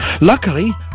Luckily